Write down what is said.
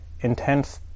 intense